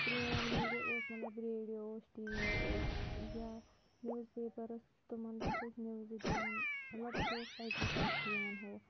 پرٛون میٖڈیا اوس مطلب ریڈیو اوس ٹی وی اوس یا نِوٕز پٮ۪پَر ٲس تِمَن پٮ۪ٹھ ٲسۍ نِوزٕ دِوان مطلب سُہ اوس اَکی طرفہٕ یِوان ہُہ